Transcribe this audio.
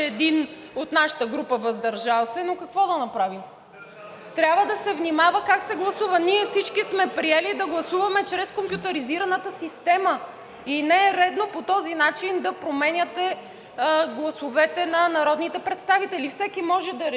от нашата група „въздържал се“, но какво да направим. Трябва да се внимава как се гласува. Ние всички сме приели да гласуваме чрез компютризираната система и не е редно по този начин да променяте гласовете на народните представители. Всеки може да реши